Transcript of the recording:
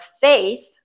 faith